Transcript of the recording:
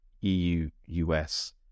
EU-US